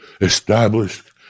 established